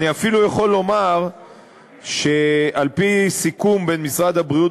אני אפילו יכול לומר שעל-פי סיכום בין משרד הבריאות